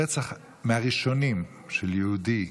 הרצח, מהראשונים, של יהודי,